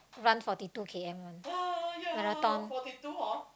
run forty two K_M one marathon